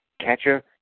catcher